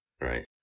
Right